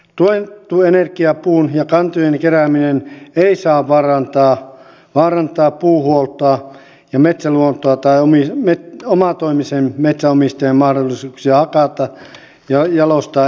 tuettu energiapuun ja kantojen kerääminen ei saa vaarantaa puun huoltoa ja metsäluontoa tai omatoimisen metsänomistajan mahdollisuuksia hakata ja jalostaa energiapuu itse